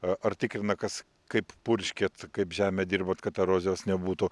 ar tikrina kas kaip purškiat kaip žemę dirbote kad erozijos nebūtų